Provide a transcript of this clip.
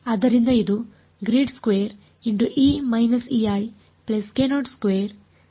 ಆದ್ದರಿಂದ ಇದು ಆಗುತ್ತದೆ